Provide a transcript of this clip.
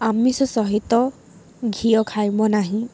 ଆମିଷ ସହିତ ଘିଅ ଖାଇବ ନାହିଁ